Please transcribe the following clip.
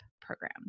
program